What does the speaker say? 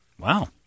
Wow